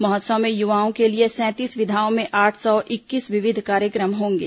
महोत्सव में युवाओं के लिए सैंतीस विधाओं में आठ सौ इक्कीस विविध कार्यक्रम होंगे